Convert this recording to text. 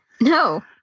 No